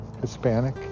Hispanic